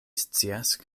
scias